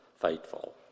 faithful